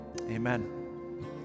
Amen